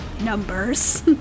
Numbers